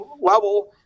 level